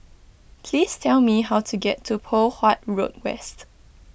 please tell me how to get to Poh Huat Road West